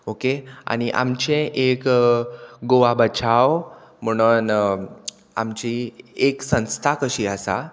okay आनी आमचें एक गोवा बचाव म्हणोन आमची एक संस्था कशी आसा